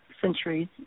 centuries